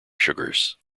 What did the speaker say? sugars